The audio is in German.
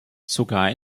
sogar